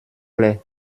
clair